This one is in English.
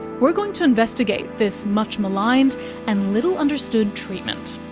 we're going to investigate this much maligned and little understood treatment.